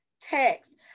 text